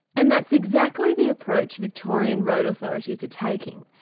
and that's exactly the approach victorian road authorities are taking.